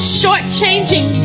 shortchanging